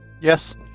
Yes